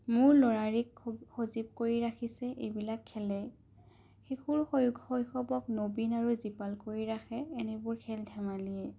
মোৰ ল'ৰালিক সজীৱ কৰি ৰাখিছে এইবিলাক খেলেই শিশুৰ শৈশৱক নৱীন আৰু জীপাল কৰি ৰাখে এনেবোৰ খেল ধেমালিয়ে